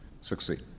succeed